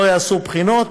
לא יעשו בחינות,